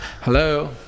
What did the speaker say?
Hello